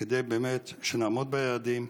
כדי שבאמת נעמוד ביעדים.